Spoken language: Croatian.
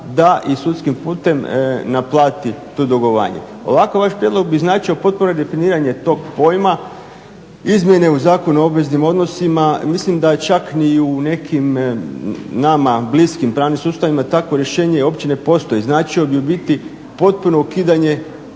da i sudskim putem naplati to dugovanje. Ovako vaš prijedlog bi značio potpuno redefiniranje tog pojma izmjene u Zakonu o obveznim odnosima mislim da čak ni u nekim nama bliskim pravnim sustavima takvo rješenje uopće ne postoji. Značio bi ubiti potpuno ukidanje